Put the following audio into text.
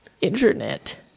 internet